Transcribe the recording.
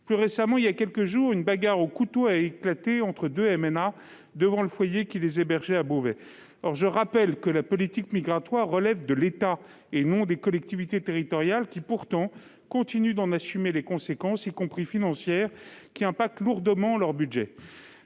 département. Voilà quelques jours, une bagarre au couteau a éclaté entre deux MNA devant le foyer qui les hébergeait à Beauvais. Je rappelle que la politique migratoire relève de l'État, et non des collectivités territoriales. Pourtant, celles-ci continuent d'en assumer les conséquences, y compris financières, avec un impact lourd sur leur budget.